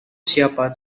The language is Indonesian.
siapa